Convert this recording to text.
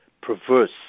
perverse